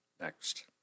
Next